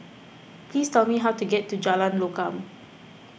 please tell me how to get to Jalan Lokam